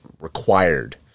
required